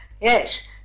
yes